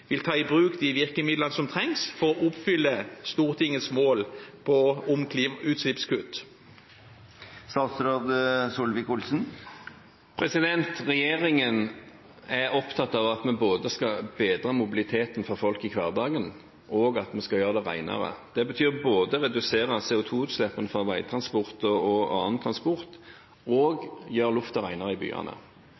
vil ta i bruk de virkemidlene som trengs for å oppfylle Stortingets mål om utslippskutt? Regjeringen er opptatt av at vi både skal bedre mobiliteten for folk i hverdagen, og at vi skal gjøre det renere. Det betyr både å redusere CO2-utslippene fra veitransport og annen transport og